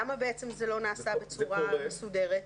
למה זה לא נעשה בצורה מסודרת?